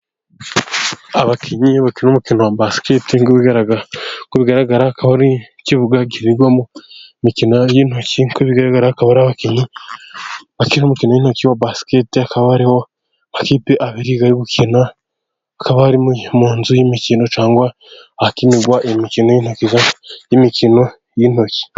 Abakinnyi bakina umukino wa basiketi, uko bigaragara akaba ari ikibuga gikinirwamo imikino y'intoki, uko bigaragara akaba ari abakinnyi bakina umukino w'intoki wa basiketi, akaba ari amakipe abiri ari gukina akaba ari mu nzu y'imikino cyangwa ahakinirwa imikino y'intoki, y'imikino y'intoki.